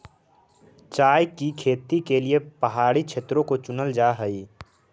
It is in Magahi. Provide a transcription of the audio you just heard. चाय की खेती के लिए पहाड़ी क्षेत्रों को चुनल जा हई